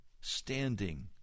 standing